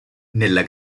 nella